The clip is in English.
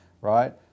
right